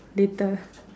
later